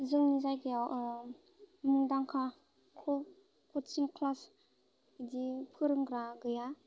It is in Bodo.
जोंनि जायगायाव मुंदांखा कचिं क्लास बिदि फोरोंग्रा गैया